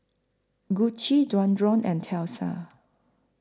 Gucci Dualtron and Tesla